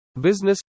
business